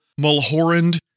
Mulhorand